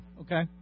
okay